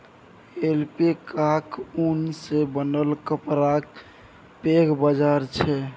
ऐल्पैकाक ऊन सँ बनल कपड़ाक पैघ बाजार छै